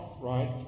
right